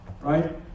right